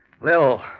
Lil